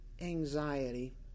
anxiety